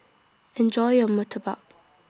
Enjoy your Murtabak